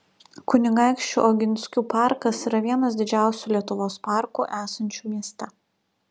kunigaikščių oginskių parkas yra vienas didžiausių lietuvos parkų esančių mieste